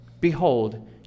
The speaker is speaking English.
behold